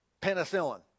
penicillin